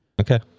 Okay